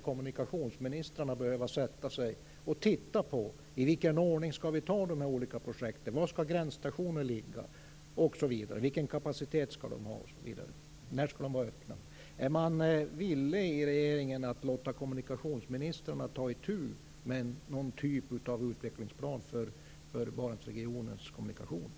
Kommunikationsministrarna skulle behöva sätta sig och titta på i vilken ordning de skall ta de olika projekten, var gränsstationerna skall ligga, vilken kapacitet skall de ha, när de skall vara öppna osv. Är man i regeringen villig att låta kommunikationsministrarna ta itu med någon typ av utvecklingsplan för Barentsregionens kommunikationer?